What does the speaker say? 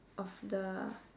of the